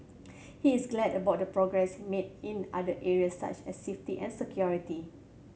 he is glad about the progress made in other area such as safety and security